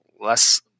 less